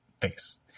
face